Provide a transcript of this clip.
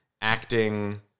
acting